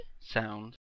sound